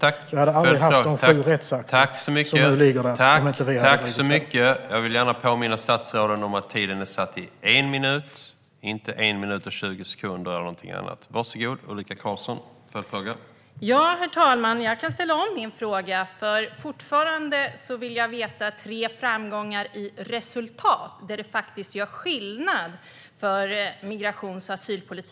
Vi hade aldrig haft de sju rättsakter som nu ligger där om inte Sverige hade drivit fram dem.